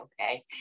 okay